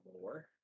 more